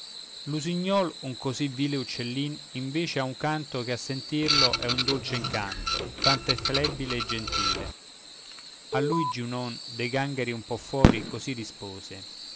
natura l'usignol un così vile uccellin invece ha un canto che a sentirlo è un dolce incanto tanto è flebile e gentile a lui giunon dei gangheri un po fuori così rispose